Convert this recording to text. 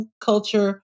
culture